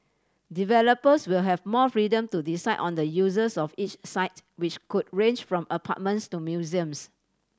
developers will have more freedom to decide on the uses of each site which could range from apartments to museums